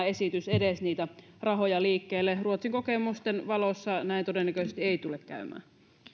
esitys niitä rahoja edes liikkeelle ruotsin kokemusten valossa näin todennäköisesti ei tule käymään